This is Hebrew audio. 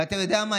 אתה יודע מה?